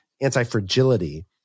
anti-fragility